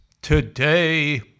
Today